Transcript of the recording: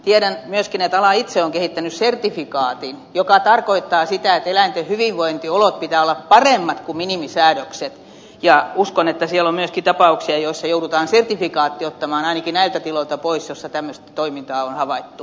tiedän myöskin että ala itse on kehittänyt sertifikaatin mikä tarkoittaa sitä että eläinten hyvinvointiolojen pitää olla paremmat kuin minimisäädökset ja uskon että siellä on myöskin tapauksia joissa joudutaan sertifikaatti ottamaan ainakin näiltä tiloilta pois joissa tämmöistä toimintaa on havaittu